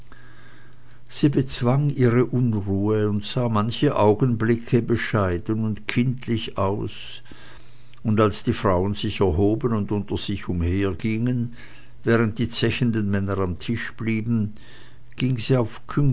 sie bezwang ihre unruhe und sah manche augenblicke bescheiden und kindlich aus und als die frauen sich erhoben und unter sich umhergingen während die zechenden männer am tisch blieben ging sie auf